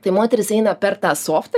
tai moterys eina per tą softą